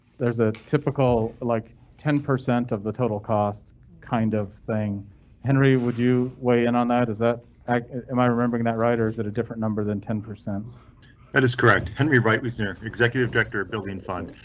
there's a typical like ten percent of the total cost kind of thing henry would you weigh in on that is that i am i remembering that right? or is it a different number than ten percent that is correct? henry wright, wisner executive director building fund.